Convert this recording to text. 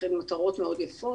אכן מטרות מאוד יפות,